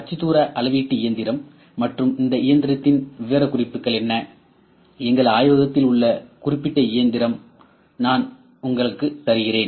அச்சுத்தூர அளவீட்டு இயந்திரம் மற்றும் இந்த இயந்திரத்தின் விவரக்குறிப்பு என்ன எங்கள் ஆய்வகத்தில் உள்ள குறிப்பிட்ட இயந்திரம் நான் உங்களுக்கு தருகிறேன்